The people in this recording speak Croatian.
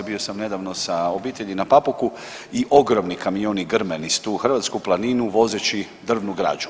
Bio sam nedavno sa obitelji na Papuku i ogromni kamioni grme niz tu hrvatsku planinu vozeći drvnu građu.